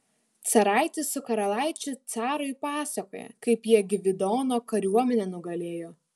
caraitis su karalaičiu carui pasakoja kaip jie gvidono kariuomenę nugalėjo